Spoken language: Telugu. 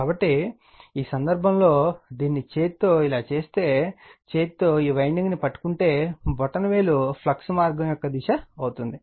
కాబట్టి ఈ సందర్భంలో దీన్ని చేతితో ఇలా చేస్తే చేతితో ఈ వైండింగ్ను పట్టుకుంటే బొటనవేలు ఫ్లక్స్ మార్గం యొక్క దిశ అవుతుంది